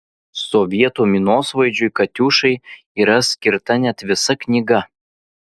sovietų minosvaidžiui katiušai yra skirta net visa knyga